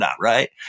right